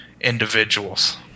individuals